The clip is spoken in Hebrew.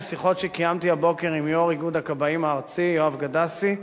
משיחות שקיימתי הבוקר עם יושב-ראש איגוד הכבאים הארצי יואב גדסי,